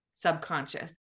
Subconscious